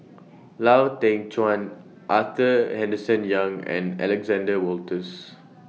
Lau Teng Chuan Arthur Henderson Young and Alexander Wolters